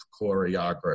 choreography